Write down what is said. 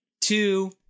two